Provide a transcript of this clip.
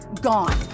gone